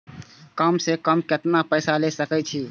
कम से कम केतना पैसा ले सके छी?